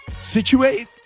situate